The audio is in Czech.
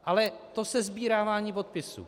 Ale to sesbírávání podpisů.